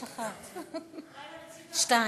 יש אחת, שתיים,